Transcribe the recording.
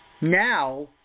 Now